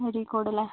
അരീക്കോടല്ലേ